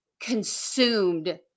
consumed